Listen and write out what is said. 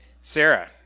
Sarah